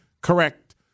correct